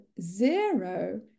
zero